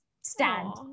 stand